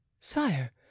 Sire